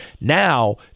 Now